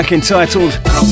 Entitled